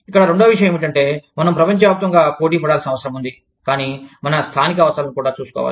ఇక్కడ రెండవ విషయం ఏమిటంటే మనం ప్రపంచవ్యాప్తంగా పోటీ పడాల్సిన అవసరం ఉంది కానీ మన స్థానిక అవసరాలను కూడా చూసుకోవాలి